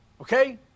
Okay